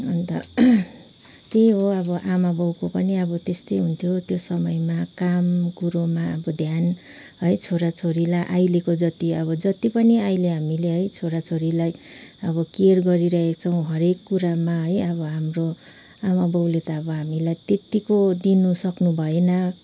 अन्त त्यही हो आमा बाउको पनि त्यस्तै हुन्थ्यो त्यो समयमा काम कुरोमा अब ध्यान है छोराछोरीलाई अहिलेको जति अब जति पनि अहिले हामीले है छोरा छोरीलाई अब केयर गरिरहेका छौँ अब हरेक कुरामा है अब हाम्रो आमाबाउले त त्यतिको दिनु सक्नुभएन